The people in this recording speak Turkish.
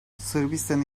sırbistan